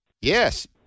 Yes